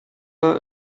war